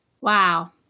Wow